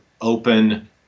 open